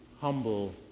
humble